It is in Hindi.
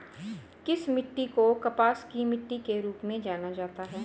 किस मिट्टी को कपास की मिट्टी के रूप में जाना जाता है?